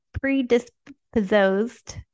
predisposed